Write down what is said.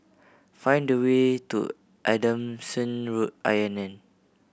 find the way to Adamson Road I N N